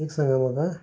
एक सांगांत म्हाका